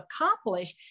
accomplish